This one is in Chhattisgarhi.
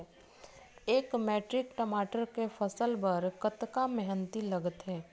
एक मैट्रिक टमाटर के फसल बर कतका मेहनती लगथे?